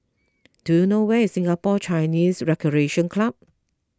do you know where is Singapore Chinese Recreation Club